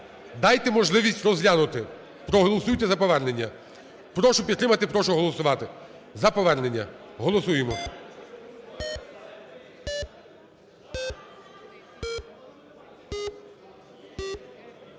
Дайте можливість розглянути, проголосуйте за повернення. Прошу підтримати. Прошу голосувати за повернення. Голосуємо.